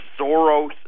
Soros